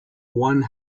one